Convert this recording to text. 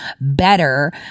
better